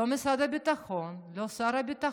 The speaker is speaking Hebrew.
לא משרד הביטחון, לא שר הביטחון,